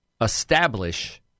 establish